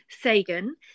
Sagan